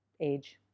age